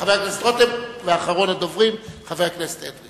חבר הכנסת רותם, ואחרון הדוברים, חבר הכנסת אדרי.